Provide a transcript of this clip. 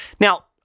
Now